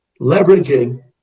Leveraging